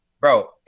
bro